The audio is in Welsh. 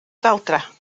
daldra